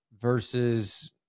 versus